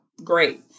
great